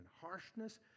harshness